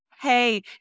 Hey